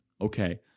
Okay